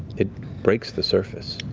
it breaks the surface.